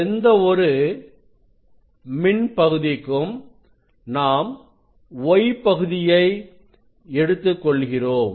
எந்த ஒரு மின் பகுதிக்கும் நாம் y பகுதியை எடுத்துக் கொள்கிறோம்